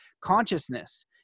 consciousness